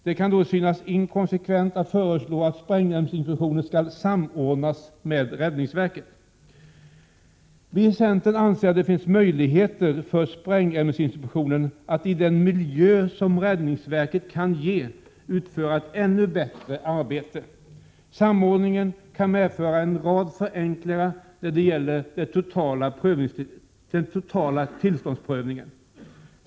Det kan därför synas inkonsekvent att föreslå att sprängämnesinspektionen skall samordnas med räddningsverket. Vi i centern anser att det finns möjligheter för sprängämnesinspektionen att, i den miljö som räddningsverket kan erbjuda, utföra ett ännu bättre arbete. Samordning kan medföra en rad förenklingar när det gäller den totala tillståndsprövningen.